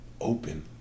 Open